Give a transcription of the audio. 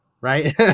right